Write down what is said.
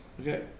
Okay